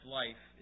life